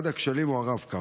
אחד הכשלים הוא הרב-קו.